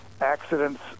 accidents